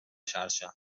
xarxa